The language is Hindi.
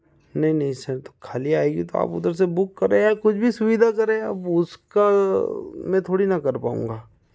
नहीं नहीं सर तो खाली आएगी तो आप उधर से बुक करें या कुछ भी सुविधा करें अब वह उसका मैं थोड़ी न कर पाउँगा